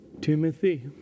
Timothy